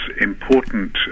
important